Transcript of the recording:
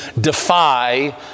defy